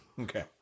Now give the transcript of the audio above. Okay